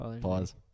pause